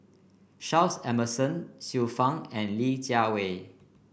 Charles Emmerson Xiu Fang and Li Jiawei